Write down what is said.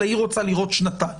אלא היא רוצה לראות שנתיים.